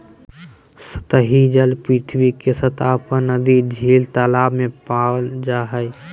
सतही जल पृथ्वी के सतह पर नदी, झील, तालाब में पाल जा हइ